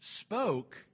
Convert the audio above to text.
spoke